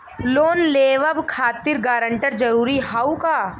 Loan लेवब खातिर guarantor जरूरी हाउ का?